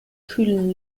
kühlen